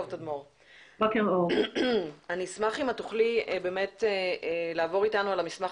אני אשמח אם תוכלי לעבור אתנו על המסמך